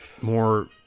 more